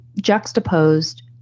juxtaposed